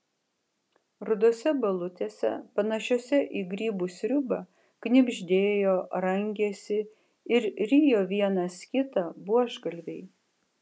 rudose balutėse panašiose į grybų sriubą knibždėjo rangėsi ir rijo vienas kitą buožgalviai